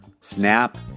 Snap